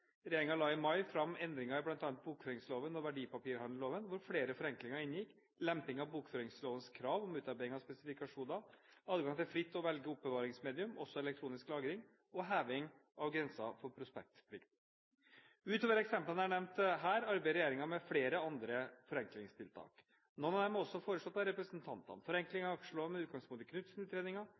la i mai fram endringer i bl.a. bokføringsloven og verdipapirhandelloven, hvor flere forenklinger inngikk: lemping av bokføringslovens krav om utarbeiding av spesifikasjoner, adgang til fritt å velge oppbevaringsmedium – også elektronisk lagring – og heving av grensen for prospektplikt. Utover eksemplene jeg har nevnt her, arbeider regjeringen med flere andre forenklingstiltak. Noen av dem er også foreslått av representantene: forenklinger i aksjeloven, med utgangspunkt i